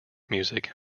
music